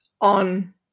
on